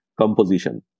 composition